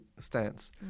stance